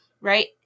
Right